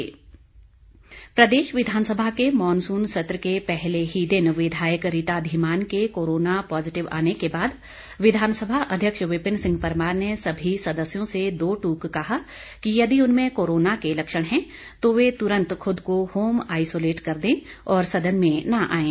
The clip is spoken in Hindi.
विपिन परमार प्रदेश विधानसभा के मानसून सत्र के पहले ही दिन विधायक रीता धीमान के कोरोना पाजिटिव आने के बाद विधानसभा अध्यक्ष विपिन सिंह परमार ने सभी सदस्यों से दो ट्रक कहा कि यदि उनमें कोरोना के लक्षण हैं तो वे तुरंत खुद को होम आइसोलेट कर दें और सदन में न आएं